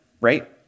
right